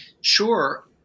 Sure